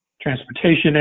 transportation